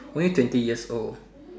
only twenty years old